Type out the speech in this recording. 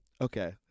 okay